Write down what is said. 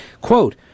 Quote